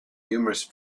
numerous